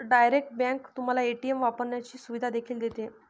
direct bank तुम्हाला ATM वापरण्याची सुविधा देखील देते